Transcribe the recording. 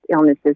illnesses